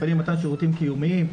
מפעלים למתן שירותים קיומיים.